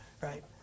right